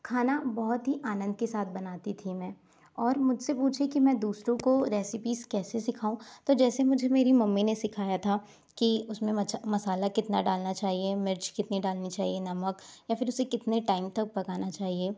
खाना बहुत ही आनंद के साथ बनाती थीं मैं और मुझसे पूछें कि मैं दूसरों को रेसिपीस कैसे सिखाऊँ तो जैसे मुझे मेरी मम्मी ने सिखाया था की उसमें मसाला कितना डालना चाहिए मिर्च कितनी डालनी चाहिए नमक या फिर उसे कितने टाइम तक पकाना चाहिए